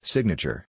Signature